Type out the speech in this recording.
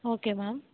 okay ma'am